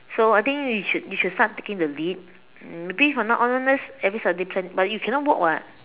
so I think you should you should start taking the lead maybe from now onwards every Saturday plan but you cannot walk [what]